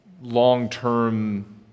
Long-Term